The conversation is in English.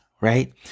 right